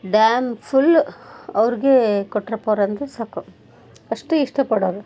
dam full ಅವ್ರಿಗೆ ಕೊಟ್ರಪ್ಪೋರು ಅಂದರೆ ಸಾಕು ಅಷ್ಟು ಇಷ್ಟಪಡೋರು